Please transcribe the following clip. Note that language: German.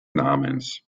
namens